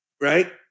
Right